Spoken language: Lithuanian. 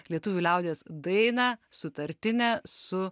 lietuvių liaudies dainą sutartinę su